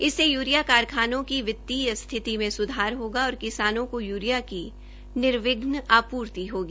इससे यूरिया कारखानों की वित्तीय स्थिति में स्धार होगा और किसानों को यूरिया की निर्वघ्न आपूर्ति होगी